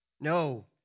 No